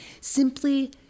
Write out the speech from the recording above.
simply